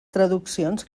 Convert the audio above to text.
traduccions